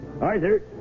Arthur